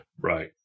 Right